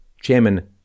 Chairman